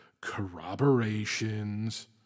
corroborations